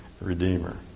redeemer